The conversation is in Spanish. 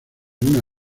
una